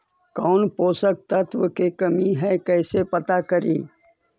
कौन पोषक तत्ब के कमी है कैसे पता करि?